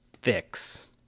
fix